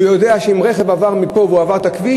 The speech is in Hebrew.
הוא יודע שאם רכב עבר מפה והוא עבר את הכביש,